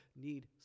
need